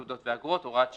תעודות ואגרות) (הוראת שעה),